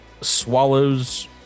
Swallows